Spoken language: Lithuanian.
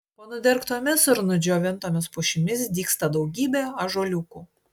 po nudergtomis ir nudžiovintomis pušimis dygsta daugybė ąžuoliukų